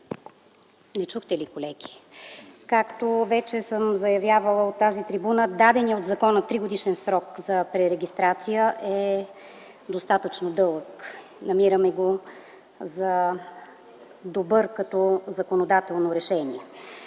Народното събрание. Както вече съм заявявала от тази трибуна, даденият от закона тригодишен срок за пререгистрация е достатъчно дълъг. Намираме го за добър като законодателно решение.